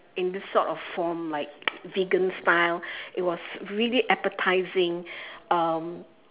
in this sort of form like vegan style it was really appetizing um